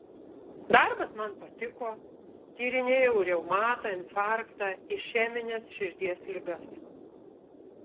darbas man patiko tyrinėjau reumatą infarktą išemines širdies ligas